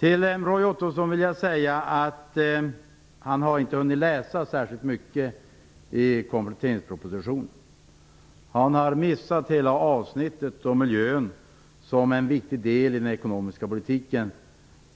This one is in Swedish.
Roy Ottosson hade inte hunnit läsa särskilt mycket i kompletteringspropositionen. Han har missat hela avsnittet om miljön som en viktig del i den ekonomiska politiken.